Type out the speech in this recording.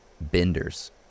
benders